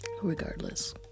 Regardless